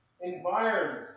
environment